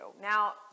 Now